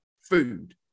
food